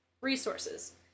resources